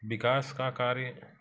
विकास का कार्य